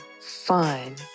fun